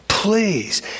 Please